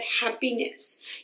happiness